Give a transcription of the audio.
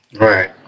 right